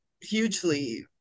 hugely